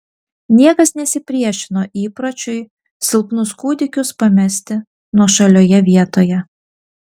niekas nesipriešino įpročiui silpnus kūdikius pamesti nuošalioje vietoje